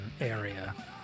area